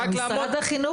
גם משרד החינוך